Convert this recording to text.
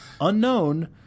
Unknown